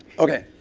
okay.